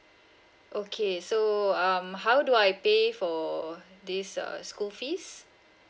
okay so um how do I pay for this uh school fees